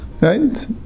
Right